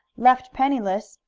left penniless,